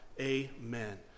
amen